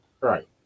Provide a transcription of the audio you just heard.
Right